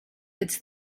its